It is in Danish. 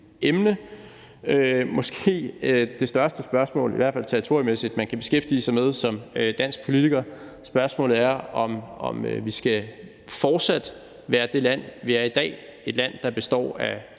måske det største spørgsmål, i hvert fald territoriemæssigt, som man kan beskæftige sig med som dansk politiker. Spørgsmålet er, om vi fortsat skal være det land, vi er i dag, altså et land, der består af tre